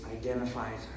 identifies